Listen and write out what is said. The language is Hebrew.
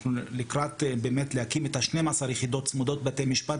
אנחנו לקראת באמת להקים את ה-12 יחידות צמודות בתי משפט,